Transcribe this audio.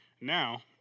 Now